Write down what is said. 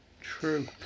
true